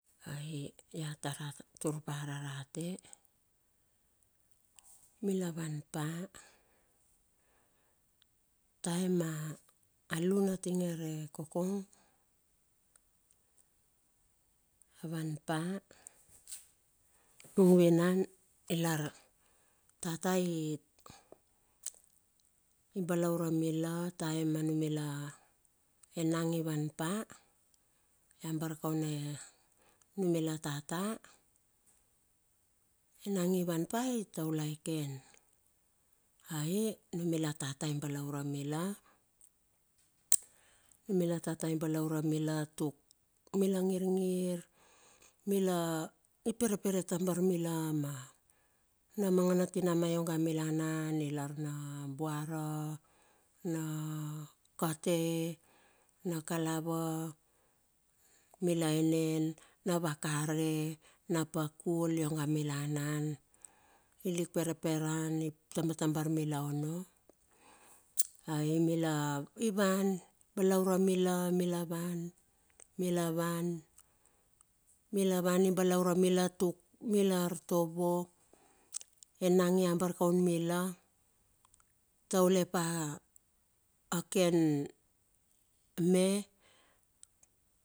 Ai, ai tar tur pa rarate mila van pa, taem a lun atinge re kokong avan pa ilar nung vinan, ilar tata i balaure mila taem enang ivan pa i ambar kaun a numila tata, enang i van pa itaulai ken. aii numila tata i balaure mila. Numila tata i balaure mila tuk mila ngirngir, i pere pere tambar mila mena nangana tinama ionge mila anan, ilar na buara na kate, nakalava mila enen, na vakare na pakul ionga mila anan ilik peraperan i tambatambar mila ono. Aii mila i wan balaure mila wan mila wan i balaure mila tuk mila artovo, enang i ambar kaun mila itaule pa aken me.